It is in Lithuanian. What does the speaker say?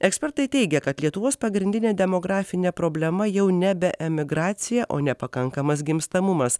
ekspertai teigia kad lietuvos pagrindinė demografinė problema jau nebe emigracija o nepakankamas gimstamumas